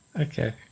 Okay